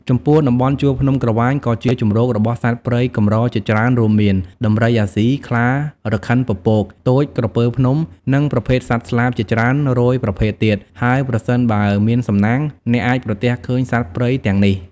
ចំពោះតំបន់ជួរភ្នំក្រវាញក៏ជាជម្រករបស់សត្វព្រៃកម្រជាច្រើនរួមមាន ដំរីអាស៊ី ខ្លារខិនពពក ទោច ក្រពើភ្នំ និងប្រភេទសត្វស្លាបជាច្រើនរយប្រភេទទៀត ហើយប្រសិនបើមានសំណាង អ្នកអាចប្រទះឃើញសត្វព្រៃទាំងនេះ។